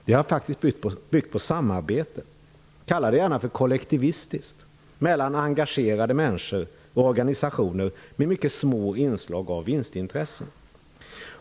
Det har byggt på samarbete -- kalla det gärna kollektivistiskt -- mellan engagerade människor och organisationer med mycket små inslag av vinstintressen.